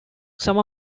some